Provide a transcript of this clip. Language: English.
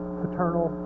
paternal